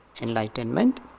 enlightenment